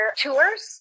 tours